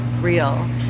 real